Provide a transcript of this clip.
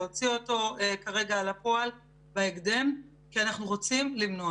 להוציא אותו כרגע אל הפועל בהקדם כי אנחנו רוצים למנוע